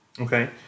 Okay